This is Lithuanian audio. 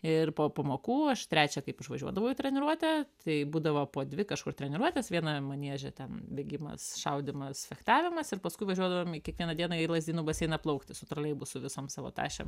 ir po pamokų aš trečią kaip išvažiuodavau į treniruotę tai būdavo po dvi kažkur treniruotes vienam manieže ten bėgimas šaudymas fechtavimas ir paskui važiuodavom į kiekvieną dieną į lazdynų baseiną plaukti su troleibusu visom savo tašėm